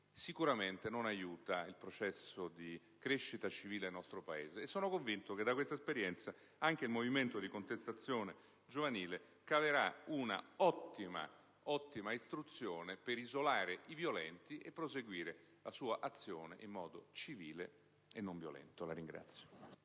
sicuramente non aiuta il processo di crescita civile nel nostro Paese. Sono convinto che, da questa esperienza, anche il movimento di contestazione giovanile trarrà un'ottima istruzione per isolare i violenti e proseguire la sua azione in modo civile e non violento. *(Applausi